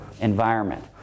environment